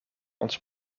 ons